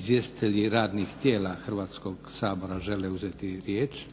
izvjestitelji radnih tijela Hrvatskog sabora žele uzeti riječ?